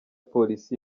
polisi